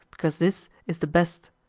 because this is the best,